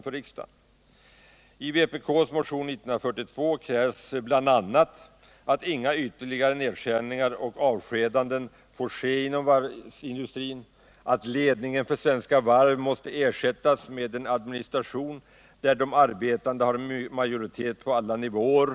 I vpk-motionen 1977/78:1942 krävs bl.a. att inga ytterligare nedskärningar och avskedanden får företas inom varvsindustrin, att ledningen för Svenska Varv AB bör ersättas med en administration där de arbetande har majoritet på alla nivåer.